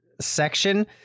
section